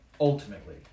Ultimately